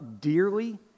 dearly